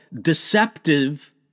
deceptive